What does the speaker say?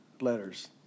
letters